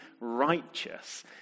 righteous